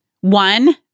One